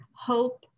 hope